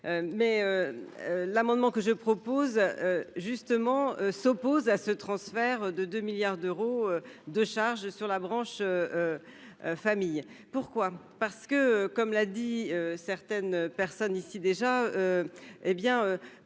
mais l'amendement que je propose, justement, s'oppose à ce transfert de 2 milliards d'euros de charges sur la branche famille, pourquoi, parce que, comme l'a dit, certaines personnes ici déjà, hé bien,